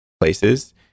places